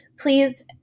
please